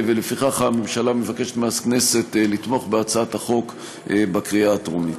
ולפיכך הממשלה מבקשת מהכנסת לתמוך בהצעת החוק בקריאה הטרומית.